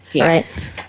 right